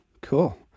cool